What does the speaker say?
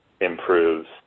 improves